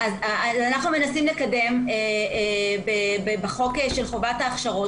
אנחנו מנסים לקדם בחוק של חובת ההכשרות,